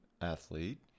athlete